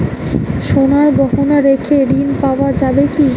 সোনার গহনা রেখে ঋণ পাওয়া যাবে কি?